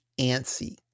antsy